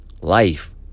life